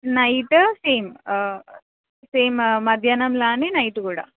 night same same మధ్యాహ్నంలాగానే night కూడా